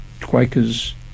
Quakers